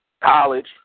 college